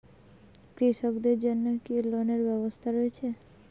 কৃষকদের জন্য কি কি লোনের ব্যবস্থা রয়েছে?